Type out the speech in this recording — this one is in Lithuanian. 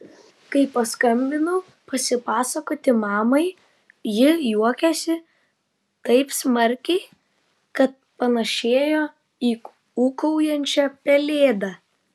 kai paskambinau pasipasakoti mamai ji juokėsi taip smarkiai kad panašėjo į ūkaujančią pelėdą